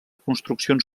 construccions